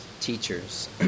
teachers